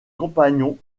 compagnons